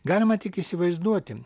galima tik įsivaizduoti